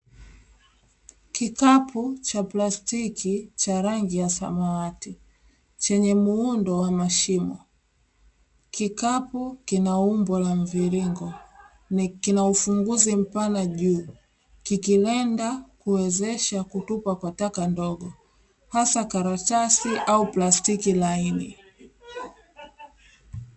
Kikapu cha plastiki cha rangi ya samawati, chenye muundo wa mashimo. Kikapu kina umbo la mviringo, ni kina ufunguzi mpana juu, kikilenga kuwezesha kutupa kwa taka ndogo hasa karatasi au plastiki laini.